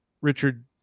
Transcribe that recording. Richard